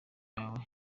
yawe